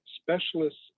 specialists